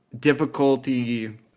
difficulty